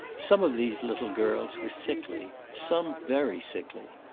some of these little girls were sickly, some very sickly.